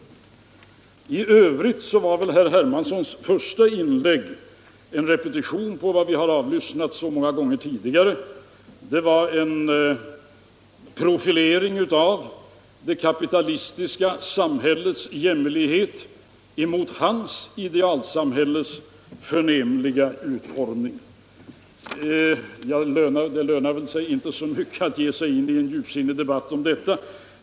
I övrigt var herr Hermanssons första inlägg en repetition av vad vi har avlyssnat så många gånger tidigare. Det var en profilering av det kapitalistiska samhällets jämmerlighet emot hans idealsamhälles förnämliga utformning. Det lönar sig inte mycket att ge sig in i en djupsinnig debatt om detta.